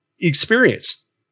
experience